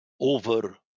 over